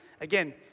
again